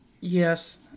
Yes